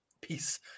peace